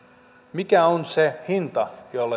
mikä on se hinta jolla